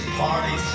party